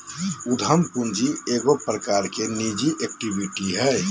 उद्यम पूंजी एगो प्रकार की निजी इक्विटी हइ